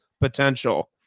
potential